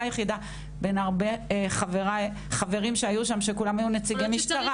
היחידה בין הרבה חברים שהיו שם שכולם היו נציגי משטרה.